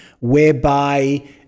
whereby